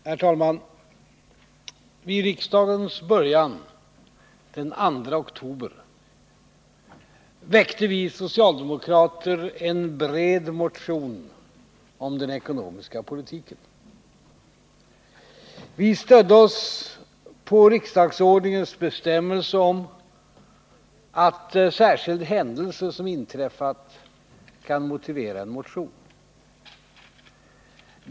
Herr talman! Vid riksmötets början den 2 oktober väckte vi socialdemokrater en bred motion om den ekonomiska politiken. Vi stödde oss på riksdagsordningens bestämmelse om att särskild händelse som inträffat kan motivera en motion.